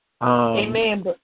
Amen